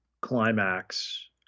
climax